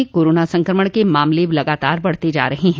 प्रदेश में कोरोना संक्रमण के मामले लगातार बढ़ते जा रहे हैं